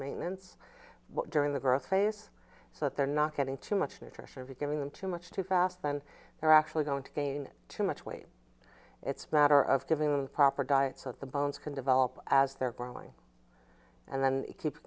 maintenance during the growth phase so that they're not getting too much nutrition or be giving them too much too fast and they're actually going to gain too much weight it's matter of giving them the proper diet so the bones can develop as they're growing and then keep